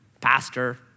pastor